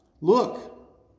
look